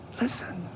Listen